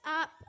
up